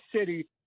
city